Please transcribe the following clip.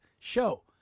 show